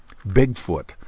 Bigfoot